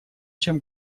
чем